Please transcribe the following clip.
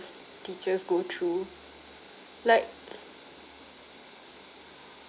teachers go through like